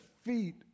feet